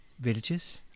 villages